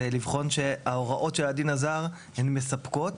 לבחון שההוראות של הדין הזר הן מספקות,